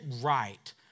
right